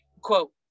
Quote